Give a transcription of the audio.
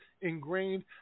ingrained